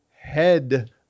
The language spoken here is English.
head